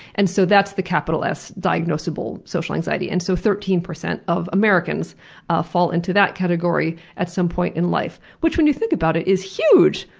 and so that's the capital s, diagnosable social anxiety. and so thirteen percent of americans ah fall into that category at some point in life, which, when you think about it, is huge!